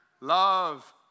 love